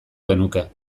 genuke